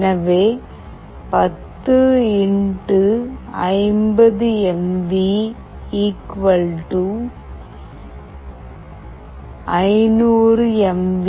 எனவே 10 x 50 mV 500 MV